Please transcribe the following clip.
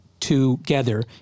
together